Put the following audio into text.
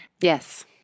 Yes